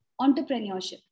entrepreneurship